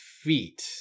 feet